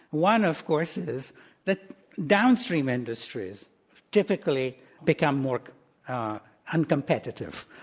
one, of course, is that downstream industries typically become more uncompetitive.